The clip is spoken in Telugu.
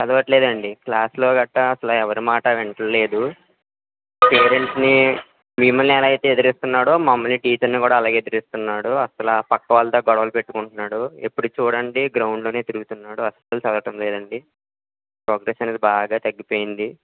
చదివట్లేదండి క్లాస్లో గట్రా అస్సలు ఎవరి మాటా వింటంలేదు పేరెంట్స్ని మిమ్మల్ని ఎలా అయితే ఎదురిస్తున్నాడో మమ్మల్ని టీచర్ని కూడా అలాగే ఎదురిస్తున్నాడు అస్సల పక్క వాళ్ళతో గొడవ పెట్టుకుంటున్నాడు ఎప్పుడు చూడండి గ్రౌండ్లోనే తిరుగుతున్నాడు అస్సలు చదవటం లేదండి ప్రోగ్రెస్ అన్నది బాగా తగ్గిపోయింది